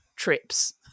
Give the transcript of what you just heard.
trips